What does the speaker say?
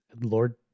lord